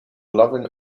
loving